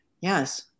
yes